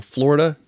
Florida